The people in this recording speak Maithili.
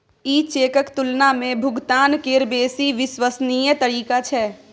ई चेकक तुलना मे भुगतान केर बेसी विश्वसनीय तरीका छै